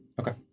Okay